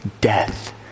death